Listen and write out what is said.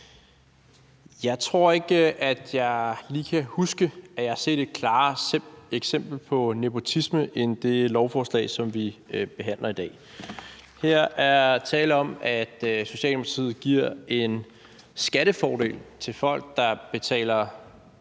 Jeg tror ikke, at jeg lige kan huske, at jeg har set et klarere eksempel på nepotisme end det lovforslag, som vi behandler i dag. Her er tale om, at Socialdemokratiet giver en skattefordel til folk, der betaler